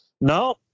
now